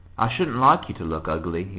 i shouldn't like you to look ugly,